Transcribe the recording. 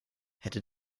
hätte